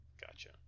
Gotcha